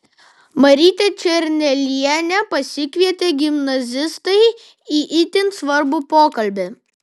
marytę černelienę pasikvietė gimnazistai į itin svarbų pokalbį